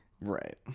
Right